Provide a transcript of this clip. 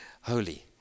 holy